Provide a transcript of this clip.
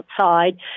outside